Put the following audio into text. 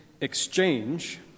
exchange